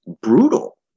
brutal